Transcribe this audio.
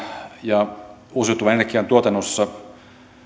ja uusiutuvan energian tuotannossa